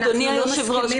אדוני היושב-ראש,